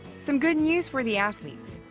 some good news for the athletes.